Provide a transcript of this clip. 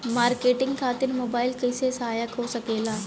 Marketing खातिर mobile कइसे सहायक हो सकेला?